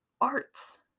arts